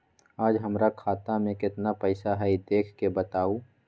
आज हमरा खाता में केतना पैसा हई देख के बताउ?